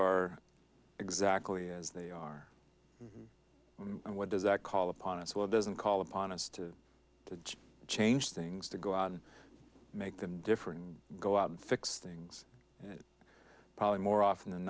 are exactly as they are and what does that call upon us will doesn't call upon us to change things to go out and make them different go out and fix things and probably more often than